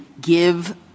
give